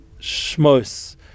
Shmos